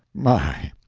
my!